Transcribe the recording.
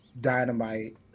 dynamite